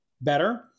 better